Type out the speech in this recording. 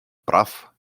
прав